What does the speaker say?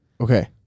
Okay